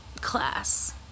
class